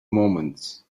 moments